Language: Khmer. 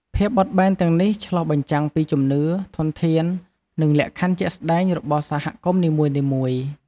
ភាពបត់បែនទាំងនេះឆ្លុះបញ្ចាំងពីជំនឿ ធនធាន និងលក្ខខណ្ឌជាក់ស្តែងរបស់សហគមន៍នីមួយៗ។